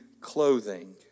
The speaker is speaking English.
clothing